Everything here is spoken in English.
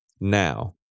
Now